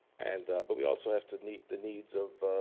and but we also have to meet the needs of